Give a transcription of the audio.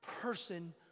person